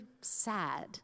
sad